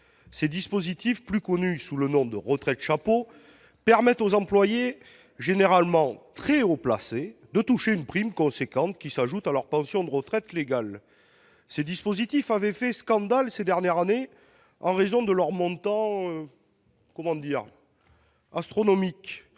Ces dispositifs, plus connus sous le nom de retraites « chapeau », permettent à des salariés, généralement très haut placés, de toucher une prime importante, qui s'ajoute à leur pension de retraite légale. Ils ont fait scandale ces dernières années en raison des montants astronomiques